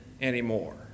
anymore